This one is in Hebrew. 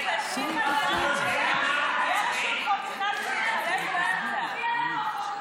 זה התחלף באמצע, זה מופיע על החוק הקודם.